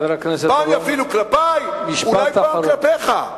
פעם יפעילו כלפי, אולי פעם כלפיך.